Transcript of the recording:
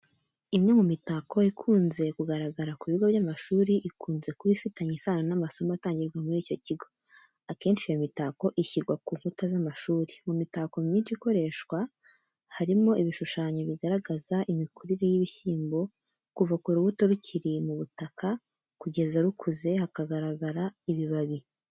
Imwe mu mitako ikunze kugaragara ku bigo by'amashuri, ikunze kuba ifitanye isano n'amasomo atangirwa muri icyo kigo. Akenshi iyo mitako ishyirwa ku nkuta z'amashuri. Mu mitako myinshi ikoreshwa, harimo ibishushanyo bigaragaza imikurire y'ibishyimbo, kuva ku rubuto rukiri mu butaka kugeza rukuze, hakagaragara ibibabi.